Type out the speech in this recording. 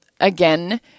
again